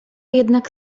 jednak